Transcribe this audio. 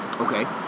Okay